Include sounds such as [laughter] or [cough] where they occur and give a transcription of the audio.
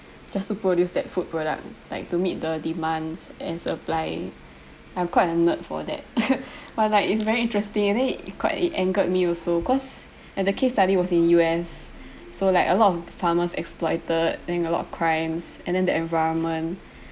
just to produce that food product like to meet the demands and supply I'm quite a nerd for that [laughs] but like it's very interesting and then it quite it angered me also cause and the case study was in U_S so like a lot of farmers exploited then got a lot of crimes and then the environment